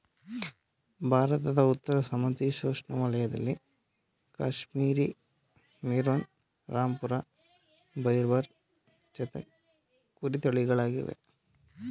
ಭಾರತದ ಉತ್ತರ ಸಮಶೀತೋಷ್ಣ ವಲಯದಲ್ಲಿ ಕಾಶ್ಮೀರಿ ಮೇರಿನೋ, ರಾಂಪುರ ಬಫೈರ್, ಚಾಂಗ್ತಂಗಿ ಕುರಿ ತಳಿಗಳಿವೆ